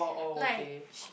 like she